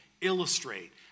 illustrate